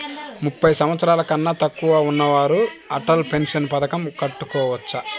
ముప్పై సంవత్సరాలకన్నా తక్కువ ఉన్నవారు అటల్ పెన్షన్ పథకం కట్టుకోవచ్చా?